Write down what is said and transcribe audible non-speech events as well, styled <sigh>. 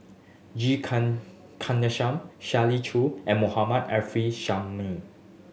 G <unintelligible> Kandasamy Shirley Chew and Mohammad Arif Suhaimi